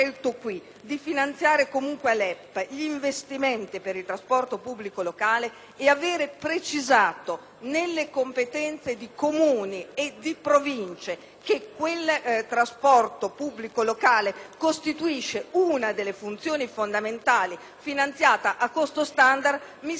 nelle competenze di Comuni e di Province, che quel trasporto pubblico locale costituisce una delle funzioni fondamentali finanziata a costo standard mi sembra rappresentare un elemento decisivo, sia per quanto riguarda la spesa per investimenti sia per quanto riguarda